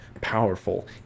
powerful